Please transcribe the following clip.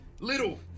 little